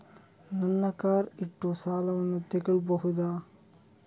ನನ್ನ ಕಾರ್ ಇಟ್ಟು ಸಾಲವನ್ನು ತಗೋಳ್ಬಹುದಾ?